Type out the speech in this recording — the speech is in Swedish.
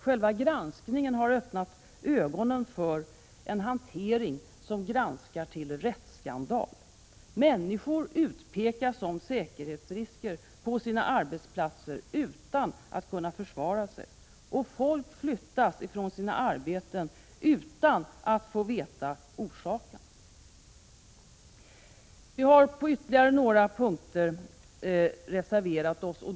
Själva granskningen har öppnat ögonen för en hantering som gränsar till rättsskandal. Människor utpekas som säkerhetsrisker på sina arbetsplatser utan att kunna försvara sig, och folk flyttas ifrån sina arbeten utan att få veta orsakerna. Vi har på ytterligare några punkter reserverat oss.